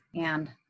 And-